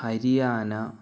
Haryana